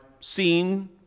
seen